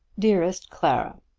dearest clara,